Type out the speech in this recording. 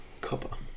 Copper